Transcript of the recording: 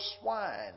swine